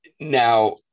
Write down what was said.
Now